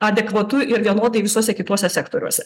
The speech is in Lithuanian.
adekvatu ir vienodai visuose kituose sektoriuose